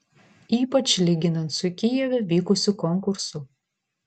ypač lyginant su kijeve vykusiu konkursu